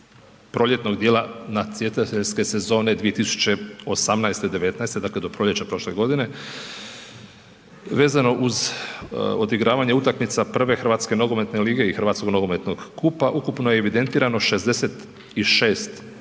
proljetnog dijela natjecateljske sezone 2018.-19. dakle do proljeća prošle godine vezano uz odigravanje utakmica I. hrvatske nogometne lige i hrvatskog nogometnog kupa ukupno je evidentirano 66